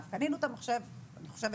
קנינו את המחשב, אני חושבת